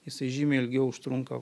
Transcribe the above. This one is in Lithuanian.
jisai žymiai ilgiau užtrunka